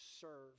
serve